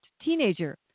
teenager